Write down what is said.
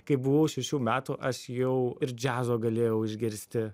kai buvau šešių metų aš jau ir džiazo galėjau išgirsti